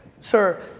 Sir